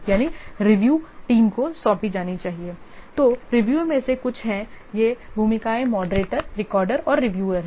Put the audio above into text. तो रिव्यूअर में से कुछ हैं ये भूमिकाएं मॉडरेटर रिकॉर्डर और रिव्यूअर हैं